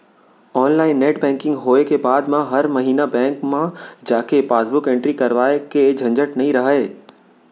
online net banking होय के बाद म हर महिना बेंक म जाके पासबुक एंटरी करवाए के झंझट नइ रहय